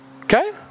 Okay